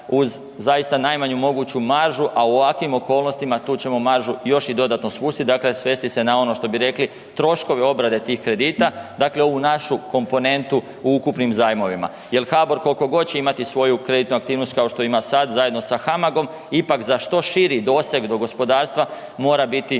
uz zaista najmanju moguću maržu, a u ovakvim okolnostima tu ćemo maržu još i dodatno spustiti, dakle svesti se na ono što bi rekli troškove obrade tih kredita, dakle ovu našu komponentu u ukupnim zajmovima jer HBOR koliko god će imati svoju kreditnu aktivnost kao što ima sada zajedno sa HAMAG-om ipak za što širi doseg do gospodarstva mora biti